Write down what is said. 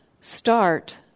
start